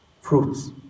fruits